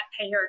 payer